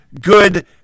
good